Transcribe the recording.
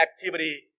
activity